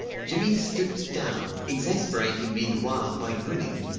jimmy stooped down, exasperating me the while by grinning,